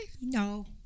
no